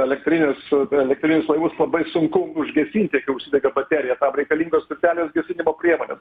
elektrinius elektrinius laivus labai sunku užgesinti kai užsidega baterija tam reikalingos specialios gesinimo priemonės